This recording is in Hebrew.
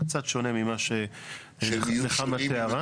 קצת שונה ממה שנחמה תיארה.